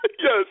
Yes